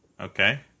Okay